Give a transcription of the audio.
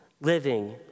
living